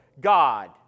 God